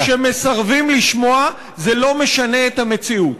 כשמסרבים לשמוע זה לא משנה את המציאות.